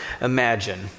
imagine